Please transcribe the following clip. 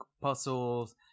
puzzles